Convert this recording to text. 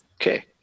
okay